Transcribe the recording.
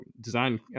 design